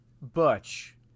Butch